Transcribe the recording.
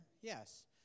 Yes